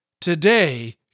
today